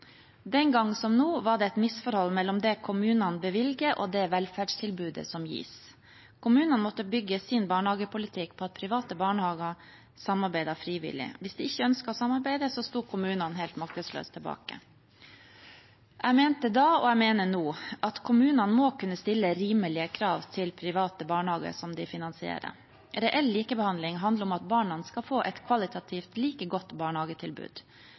Den gang som nå var det et misforhold mellom det kommunene bevilger, og det velferdstilbudet som gis. Kommunene måtte bygge sin barnehagepolitikk på at private barnehager samarbeidet frivillig. Hvis de ikke ønsket å samarbeide, sto kommunene helt maktesløse tilbake. Jeg mente da og jeg mener nå at kommunene må kunne stille rimelige krav til private barnehager som de finansierer. Reell likebehandling handler om at barna skal få et kvalitativt like godt barnehagetilbud.